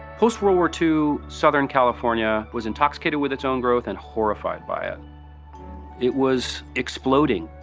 post-world war two, southern california was intoxicated with its own growth and horrified by it it was exploding,